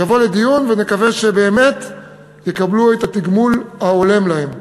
יבוא לדיון ונקווה שבאמת יקבלו את התגמול ההולם להם.